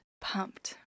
pumped